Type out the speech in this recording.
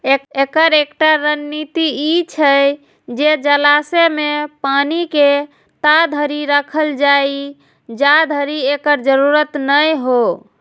एकर एकटा रणनीति ई छै जे जलाशय मे पानि के ताधरि राखल जाए, जाधरि एकर जरूरत नै हो